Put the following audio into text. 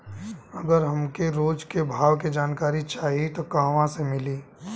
अगर हमके रोज के भाव के जानकारी चाही त कहवा से मिली?